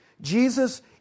Jesus